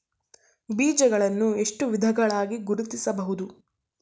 ಬೀಜಗಳನ್ನು ಎಷ್ಟು ವಿಧಗಳಾಗಿ ಗುರುತಿಸಬಹುದು?